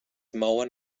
mouen